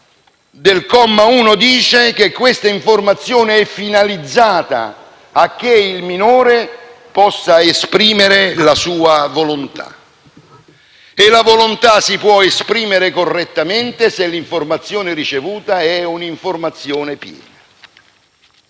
del comma 1 afferma che questa informazione è finalizzata a che il minore possa esprimere la sua volontà. E la volontà si può esprimere correttamente se l'informazione ricevuta è un'informazione piena.